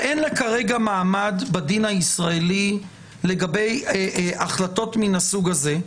שאין לה כרגע מעמד בדין הישראלי לגבי החלטות מן הסוג הזה,